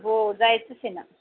हो जायचंच आहे ना